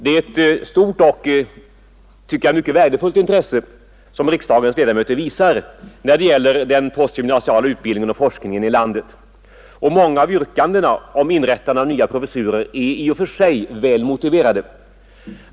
Det är ett stort och mycket värdefullt intresse som riksdagens ledamöter visar när det gäller den postgymnasiala utbildningen och forskningen i landet, och många av yrkandena om nya professurer är i och för sig väl motiverade.